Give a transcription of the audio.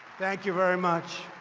thank you very much.